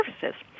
services